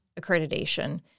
accreditation